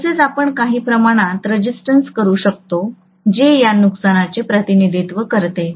तसेच आपण काही प्रमाणात रेजिस्टन्स करू शकतो जे या नुकसानाचे प्रतिनिधित्व करते